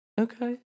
Okay